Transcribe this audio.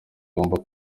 agomba